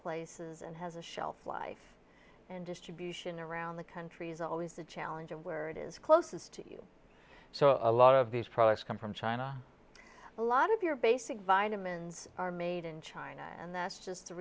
places and has a shelf life and distribution around the country is always a challenge and where it is closest to the so a lot of these products come from china a lot of your basic vitamins are made in china and that's just the